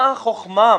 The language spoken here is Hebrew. מה החוכמה?